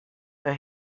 but